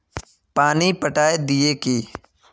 पानी पटाय दिये की?